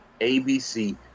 ABC